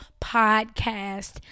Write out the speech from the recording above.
Podcast